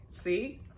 See